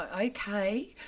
okay